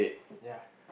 ya